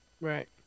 Right